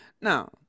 now